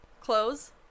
clothes